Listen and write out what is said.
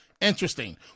interesting